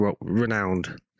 renowned